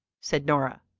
said nora,